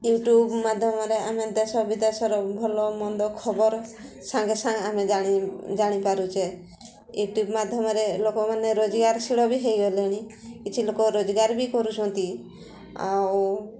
YouTube ମାଧ୍ୟମରେ ଆମେ ଦେଶ ବିଦେଶର ଭଲ ମନ୍ଦ ଖବର ସାଙ୍ଗେ ସାଙ୍ଗେ ଆମେ ଜାଣି ଜାଣିପାରୁଛେ ୟୁଟ୍ୟୁବ ମାଧ୍ୟମରେ ଲୋକମାନେ ରୋଜଗାରଶୀଳ ବି ହେଇଗଲେଣି କିଛି ଲୋକ ରୋଜଗାର ବି କରୁଛନ୍ତି ଆଉ